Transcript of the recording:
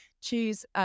choose